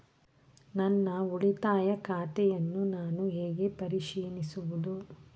ನನ್ನ ಉಳಿತಾಯ ಖಾತೆಯನ್ನು ನಾನು ಹೇಗೆ ಪರಿಶೀಲಿಸುವುದು?